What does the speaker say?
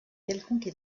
quelconque